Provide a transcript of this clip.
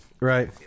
Right